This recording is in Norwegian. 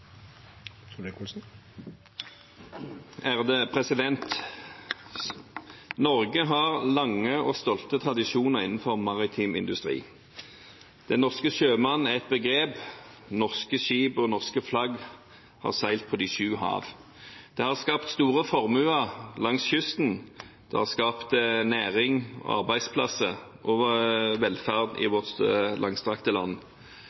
har lange og stolte tradisjoner innenfor maritim industri. «Den norske sjømann» er et begrep. Norske skip og norske flagg har seilt på de sju hav. Det har skapt store formuer langs kysten, og det har skapt næring, arbeidsplasser og velferd i vårt langstrakte land.